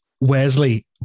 Wesley